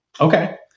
okay